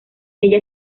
ella